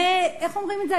הישנה, איך אומרים את זה?